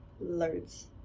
Loads